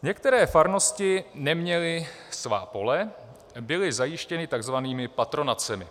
Některé farnosti neměly svá pole, byly zajištěny takzvanými patronacemi.